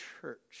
church